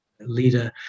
leader